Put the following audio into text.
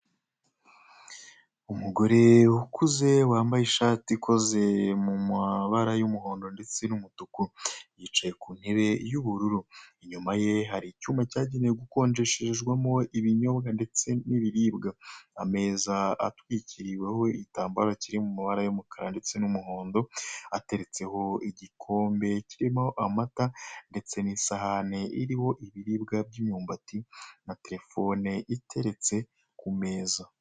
Umugore ukuze wambaye ishati ikoze mu mabara y'umuhondo ndetse n'umutuku. Yicaye ku ntebe y'ubururu, inyuma ye hari icyuma cyagenewe gukonjesherezwamo ibinyobwa ndetse n'ibiribwa. Ameza atwikiriweho igitambaro kiri mu mabara kiri mu mabara y'umukara ndetse n'umuhondo, ateretseho igikombe kirimo amata ndetse n'isahani iriho ibiribwa by'imyumbati; na terefoni iteretse ku meza.